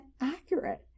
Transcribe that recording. accurate